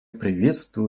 приветствую